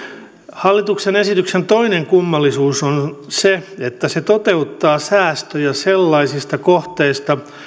hallituksen esityksen toinen kummallisuus on se että se toteuttaa säästöjä sellaisista kohteista